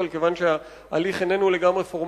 אבל כיוון שההליך איננו פורמלי,